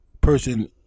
person